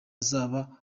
azaba